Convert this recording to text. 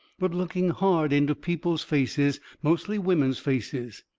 but looking hard into people's faces, mostly women's faces.